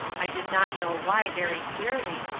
i did not know why very clearly,